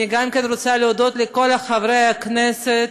אני רוצה להודות גם לכל חברי הכנסת: